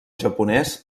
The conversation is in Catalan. japonès